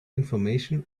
information